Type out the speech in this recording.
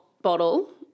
bottle